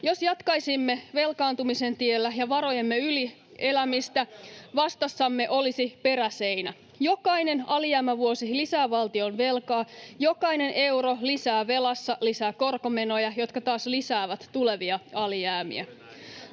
Jos jatkaisimme velkaantumisen tiellä ja varojemme yli elämistä, [Jussi Saramo: Lisäätte velkaa!] vastassamme olisi peräseinä. Jokainen alijäämävuosi lisää valtionvelkaa, jokainen euro lisää velassa lisää korkomenoja, jotka taas lisäävät tulevia alijäämiä.